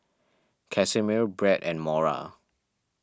Casimir Bret and Mora